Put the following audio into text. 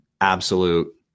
absolute